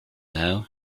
now